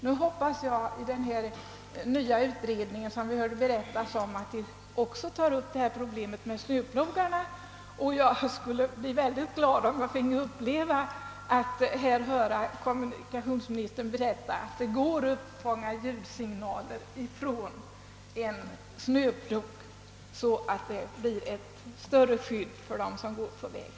Jag hoppas att den nya utredning som kommunikationsministern nämnde även tar upp problemet med snöplogarna. Jag skulle vara mycket glad om jag fick uppleva den dagen då kommunikationsministern säger att det går att uppfånga ljudsignaler från en snöplog.